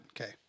Okay